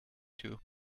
too